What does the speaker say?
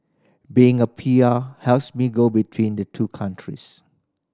being a P R helps me go between the two countries